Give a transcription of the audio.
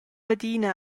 adina